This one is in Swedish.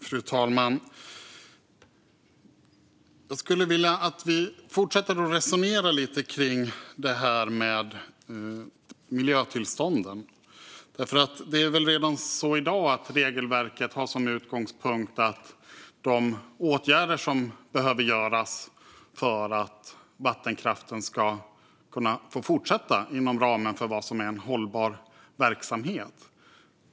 Fru talman! Jag vill att vi fortsätter att resonera lite kring miljötillstånden. Redan i dag har regelverket som utgångspunkt de åtgärder som behöver göras för att vattenkraften ska kunna få fortsätta inom ramen för vad som är en hållbar verksamhet.